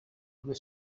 due